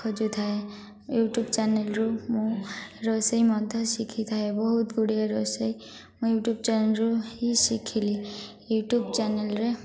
ଖୋଜୁଥାଏ YouTube ଚ୍ୟାନେଲ୍ରୁ ମୁଁ ରୋଷେଇ ମଧ୍ୟ ଶିଖିଥାଏ ବହୁତ ଗୁଡ଼ିଏ ରୋଷେଇ ମୁଁ ୟୁଟ୍ୟୁବ୍ ଚ୍ୟାନେଲ୍ରୁ ହିଁ ଶିଖିଲି ୟୁଟ୍ୟୁବ୍ ଚ୍ୟାନେଲ୍ରେ